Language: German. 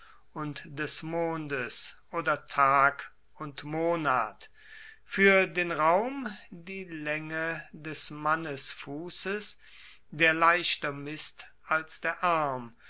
und des mondes oder tag und monat fuer den raum die laenge des mannesfusses der leichter misst als der arm